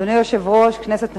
אדוני היושב-ראש, כנסת נכבדה,